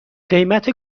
قیمت